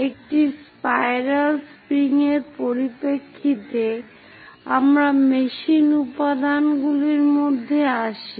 একটি spiral spring এর পরিপ্রেক্ষিতে আমরা মেশিন উপাদানগুলির মধ্যে আসি